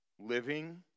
living